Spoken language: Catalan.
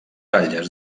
ratlles